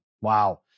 Wow